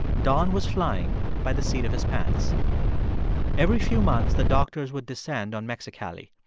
don was flying by the seat of his pants every few months, the doctors would descend on mexicali.